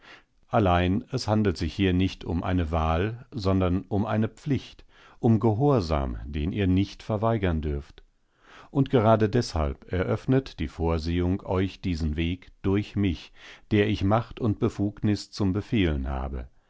allein es handelt sich hier nicht um eine wahl sondern um eine pflicht um gehorsam den ihr nicht verweigern dürft und gerade deshalb eröffnet die vorsehung euch diesen weg durch mich der ich macht und befugnis zum befehlen habe